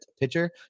pitcher